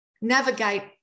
navigate